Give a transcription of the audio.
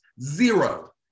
Zero